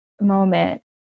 moment